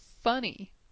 funny